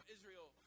Israel